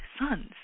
sons